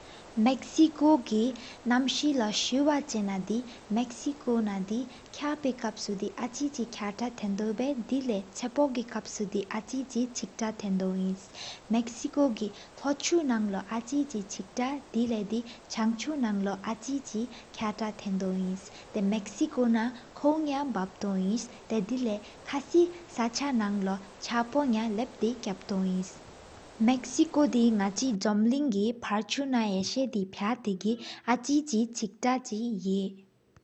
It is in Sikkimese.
མེཀ་སི་ཀོ་གི་ནཤེ་ལོ་སུ་བ།ཇེ་ཅོ་ན་དི། མེཀ་སི་ཀོ་ཁག་པི་ཀ་བ་སུ་དེ་ཨ་ཆི་ཅི་ཁ་ཏ། ཏེན་རོ་བས་སའི་བསྒྲུབས་གི་གཅའ་སུ་ཨ་ཆི་ཅི། ཁ་སྟས་ཏེན་དོག་ ་མེཀ་སི་ཀོ་གི་ལོ་ཅུ་ན་ཨ་ཅི་ཅིག། ཅེག་ཏ་བསུ་གནཷ་ན་སླེ་ཆོ་ན་ཨ་ཅི་ཅིག། ཁ་སྟས་ཐེན་ཏོ་ན་མེཀ་སི་ཀོ་ན་ཁོ་ཡ། བབ་ཏྭ་ན་ཏ་དེ་ལས་ཁ་སི་ས་ཅརྨ་ནང་ལོ། ཅཽཔོ་ཡ་ལ་བསར་ཁབ་ཏོ་མེཀ་སི་ཀོ་གི་ལས་རྒྱ་ན་རྒྱ་ན། མེཀ་སི་ཀོ་ཏཻ་ཨ་མེ་རེ་ཀགས་མི་ར་པརྒུ་ན། ཡོས་ཁ་ཡི་ཕ་རི་སྒི་ཨ་ཅི་ཅི་ཅེ་རྒང་ཅི་བ་ཉི།